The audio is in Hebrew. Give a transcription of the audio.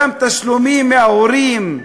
גם תשלומים מההורים.